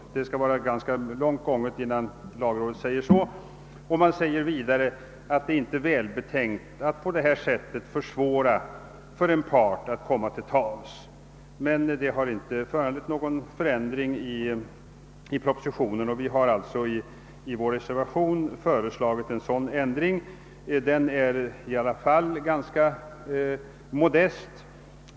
Det skall ha gått ganska långt innan lagrådet gör ett sådant uttalande. Man skriver vidare att det inte är välbetänkt att på detta sätt försvåra för en part att komma till tals. Lagrådets yttrande har emellertid inte föranlett någon ändring i propositionen och vi har därför i reservationen III föreslagit en ändring som trots allt är ganska modest.